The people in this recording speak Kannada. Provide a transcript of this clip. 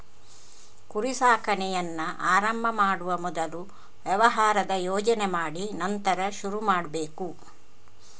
ಕುರಿ ಸಾಕಾಣೆಯನ್ನ ಆರಂಭ ಮಾಡುವ ಮೊದಲು ವ್ಯವಹಾರದ ಯೋಜನೆ ಮಾಡಿ ನಂತರ ಶುರು ಮಾಡ್ಬೇಕು